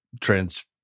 trans